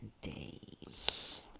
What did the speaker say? days